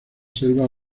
selvas